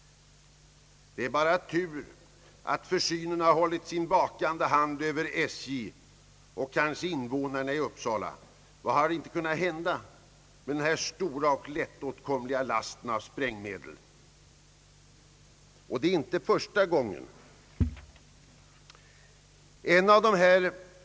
Det är bara tur att försynen har hållit sin vakande hand över SJ — och invånarna i Uppsala. Vad hade inte kunnat hända med denna stora och lättåtkomliga last av sprängämnen? Det var inte heller första gången ett sådant här tillgrepp gjordes.